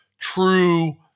true